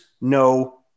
no